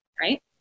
Right